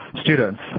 students